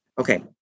okay